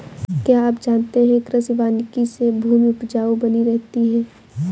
क्या आप जानते है कृषि वानिकी से भूमि उपजाऊ बनी रहती है?